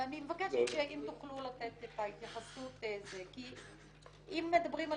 ואני מבקשת אם תוכלו לתת התייחסות כי אם מדברים על